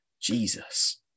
Jesus